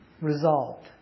Resolved